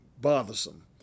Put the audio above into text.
bothersome